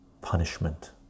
punishment